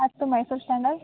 ಹತ್ತು ಮೈಸೂರು ಸ್ಯಾಂಡಲ್